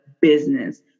business